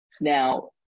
now